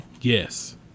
Yes